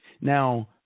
Now